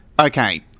Okay